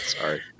Sorry